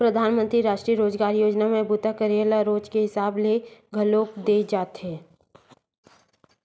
परधानमंतरी रास्टीय रोजगार योजना म बूता करइया ल रोज के हिसाब ले बनी घलोक दे जावथे